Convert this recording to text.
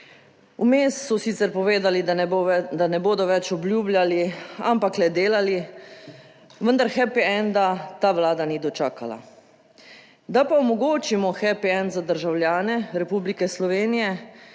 Vmes so sicer povedali, da ne bo, da ne bodo več obljubljali, ampak le delali, vendar "happy enda" ta Vlada ni dočakala. Da pa omogočimo "happy end" za državljane Republike Slovenije,